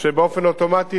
כל מי שיבוא מערד,